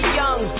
young